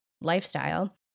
lifestyle